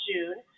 June